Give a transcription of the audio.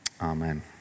Amen